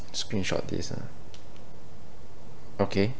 screenshot this ah okay